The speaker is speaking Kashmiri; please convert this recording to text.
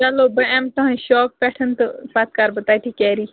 چلو بہٕ یِمہِ تُہنٛزِ شاپ پٮ۪ٹھ تہٕ پَتہٕ کَرٕ بہٕ تَتی کٮ۪ری